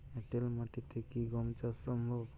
এঁটেল মাটিতে কি গম চাষ সম্ভব?